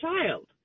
child